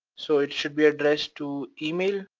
so it should be addressed to email.